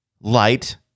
Light